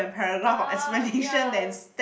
ah ya